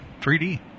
3D